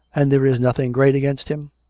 and there is nothing great against him?